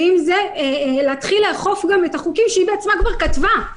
ואם זה להתחיל לאכוף את החוקים שהיא בעצמה כבר כתבה.